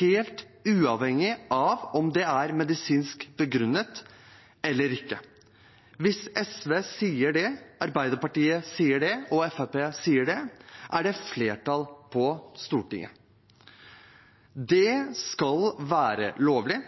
helt uavhengig av om det er medisinsk begrunnet eller ikke. Hvis SV sier det, Arbeiderpartiet sier det, og Fremskrittspartiet sier det, er det flertall på Stortinget. Det skal være lovlig